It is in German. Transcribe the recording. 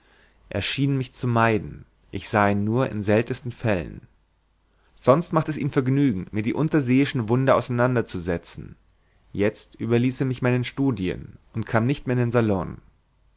schien mich zu meiden ich sah ihn nur in seltenen fällen sonst machte es ihm vergnügen mir die unterseeischen wunder auseinander zu setzen jetzt überließ er mich meinen studien und kam nicht mehr in den salon